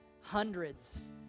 hundreds